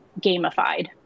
gamified